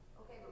Okay